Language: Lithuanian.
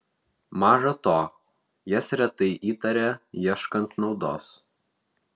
maža to jas retai įtaria ieškant naudos